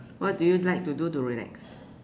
what do you like to do to relax